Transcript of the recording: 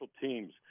teams